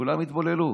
כולם יתבוללו.